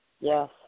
Yes